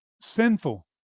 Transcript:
sinful